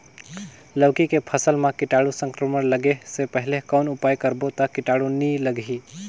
लौकी के फसल मां कीटाणु संक्रमण लगे से पहले कौन उपाय करबो ता कीटाणु नी लगही?